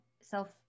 Self